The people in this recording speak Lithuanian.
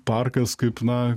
parkas kaip na